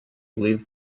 leave